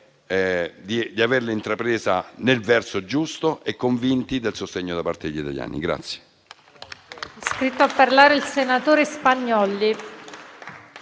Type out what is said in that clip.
di averla intrapresa nel verso giusto e convinti del sostegno da parte degli italiani.